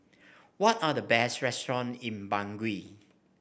what are the best restaurant in Bangui